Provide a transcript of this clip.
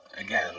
again